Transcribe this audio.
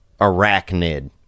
arachnid